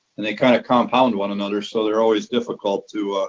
and they kind of compound one another. so they're always difficult to